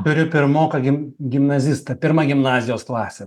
turiu pirmoką gimnazistą pirma gimnazijos klasė